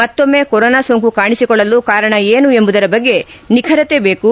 ಮತ್ತೊಮ್ನ corona ಸೋಂಕು ಕಾಣಿಸಿಕೊಳ್ಳಲು ಕಾರಣ ಏನು ಎಂಬುದರ ಬಗ್ಗೆ ನಿಖರತೆ ಬೇಕು